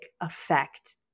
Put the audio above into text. effect